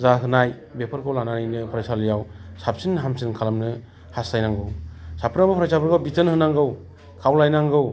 जाहोनाय बेफोरखौ लानानैनो फरायसालियाव साबसिन हामसिन खालामनो हासथाय नांगौ साफ्रोमबो फरायसाफोरखौ बिथोन होनांगौ खावलाय नांगौ